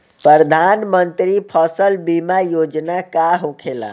प्रधानमंत्री फसल बीमा योजना का होखेला?